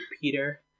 Peter